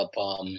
up